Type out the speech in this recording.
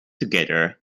together